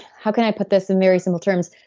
how can i put this in very simple terms?